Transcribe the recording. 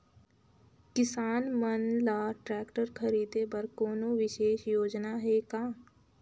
किसान मन ल ट्रैक्टर खरीदे बर कोनो विशेष योजना हे का?